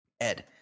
Ed